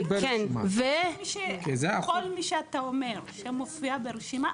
כל מי שאתה אומר שמופיע ברשימה,